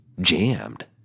jammed